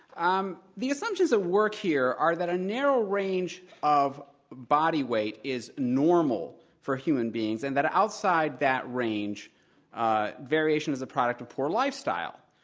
um the assumptions at work here are that a narrow range of body weight is normal for human beings and that outside that range a variation is the product of poor lifestyle.